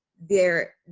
they're,